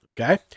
okay